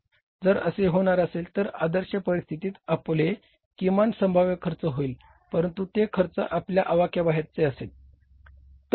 जर असे होणार असेल तर आदर्श परिस्थितीत आपले किमान संभाव्य खर्च होईल परंतु ते खर्च आपल्या आवाक्याबाहेरचे असेल